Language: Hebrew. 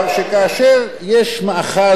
שכאשר יש מאחז,